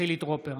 חילי טרופר,